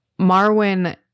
Marwin